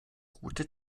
route